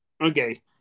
Okay